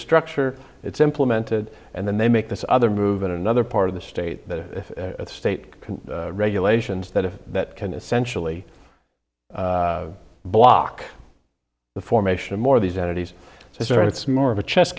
structure it's implemented and then they make this other move in another part of the state the state regulations that if that can essentially block the formation of more of these entities so it's more of a chess